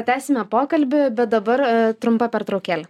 tęsime pokalbį bet dabar trumpa pertraukėlė